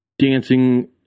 Dancing